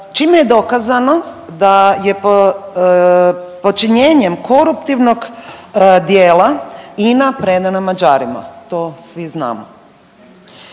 čime je dokazano da je počinjenjem koruptivnog djela Ina predana Mađarima, to svi znamo.